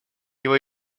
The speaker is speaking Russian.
его